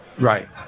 Right